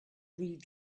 read